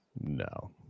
no